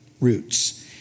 roots